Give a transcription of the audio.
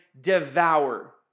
devour